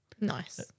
Nice